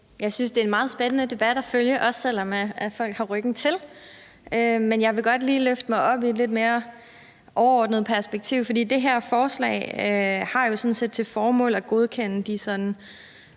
Jeg synes, det er en meget spændende debat at følge, også selv om folk har ryggen til, men jeg vil godt lige løfte mig op i et lidt mere overordnet perspektiv. Det her forslag har jo sådan set til formål at godkende de sådan